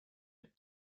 had